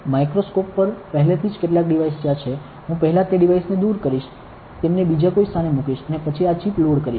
microscope પર પહેલેથી જ કેટલાક ડિવાઇસ ત્યાં છે હું પહેલા તે ડિવાઇસને દૂર કરીશ તેમને બીજા કોઈ સ્થાને મુકીશ અને પછી આ ચિપ લોડ કરીશ